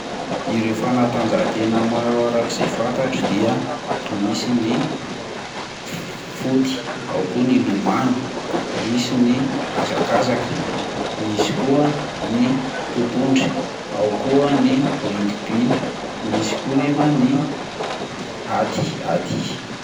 Ireo fanatanjahantena maro araka izay fantatro dia misy ny foot-y, ao koa ny lomano ,misy ny hazakazaka ,misy koa ny totohondry ,ao koa ny rugby, misy koa nefa ny ady, ady.